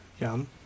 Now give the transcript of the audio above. Yum